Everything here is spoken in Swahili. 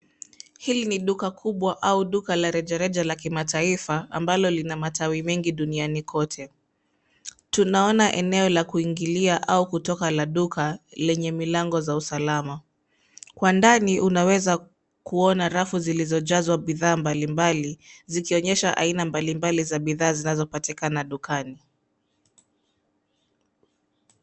Hili ni duka kubwa au duka la rejareja la kimataifa ambalo lina matawi mengi duniani kote. Tunaona eneo la kuingilia au kutoka la duka lenye milango za usalama. Kwa ndani unaweza kuona rafu zilizojazwa bidhaa mbalimbali zikionyesha aina mbalimbali za bidhaa zinazopatikana dukani.